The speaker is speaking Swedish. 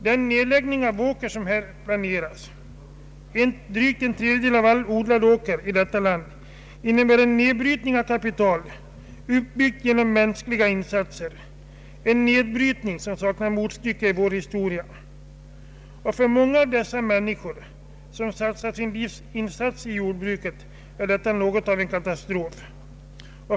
Den nedläggning av åker som planeras — drygt en tredjedel av all odlad åker i detta land — innebär en nedbrytning av kapital, uppbyggt genom mänskliga insatser, en nedbrytning som saknar motstycke i vår historia. För många av de människor som gjort sitt livs insats i jordbruket är detta något av en katastrof.